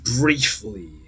briefly